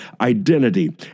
identity